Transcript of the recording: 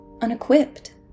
unequipped